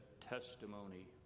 testimony